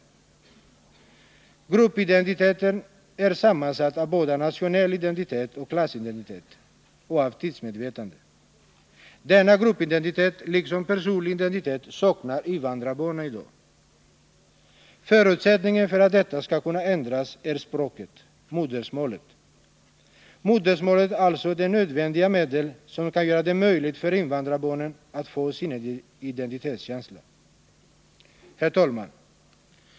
Gruppidentiteten är sammansatt av både nationell identitet och klassidentitet samt av tidsmedvetande. Denna gruppidentitet liksom personlig identitet saknar invandrarbarnen i dag. Förutsättningen för att detta skall kunna ändras är språket, modersmålet. Modersmålet är alltså det nödvändiga medel som skall göra det möjligt för invandrarbarnen att få sin identitetskänsla.